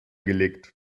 gelegt